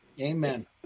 Amen